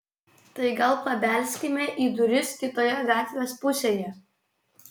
tai gal pabelskime į duris kitoje gatvės pusėje